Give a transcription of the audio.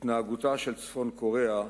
התנהגותה של צפון-קוריאה,